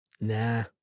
nah